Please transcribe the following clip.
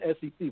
SEC